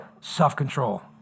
self-control